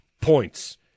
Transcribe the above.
Points